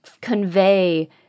convey